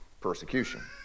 persecution